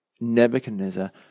Nebuchadnezzar